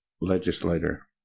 legislator